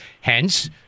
Hence